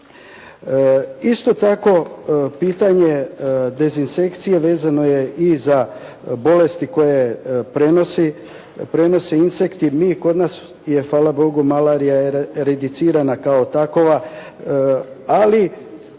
Isto tako pitanje dezinsekcije vezano je i za bolesti koje prenose insekti. Kod nas je hvala Bogu malarija reducirana kao takova, ali